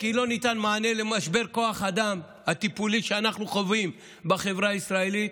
כי לא ניתן מענה למשבר כוח האדם הטיפולי שאנו חווים בחברה הישראלית.